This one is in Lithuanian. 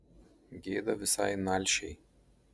gėda visai nalšiai